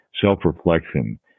self-reflection